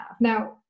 now